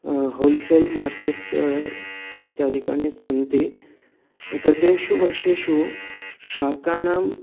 wholesale markets इत्यादिकानि सन्ति गतेषु वर्षेषु शाकानां